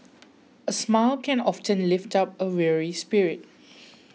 a smile can often lift up a weary spirit